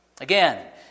Again